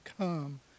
come